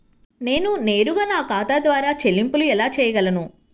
నేను నేరుగా నా ఖాతా ద్వారా చెల్లింపులు ఎలా చేయగలను?